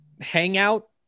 hangout